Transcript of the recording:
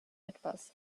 etwas